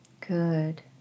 Good